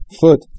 foot